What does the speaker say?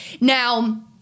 Now